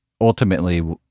ultimately